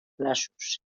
braços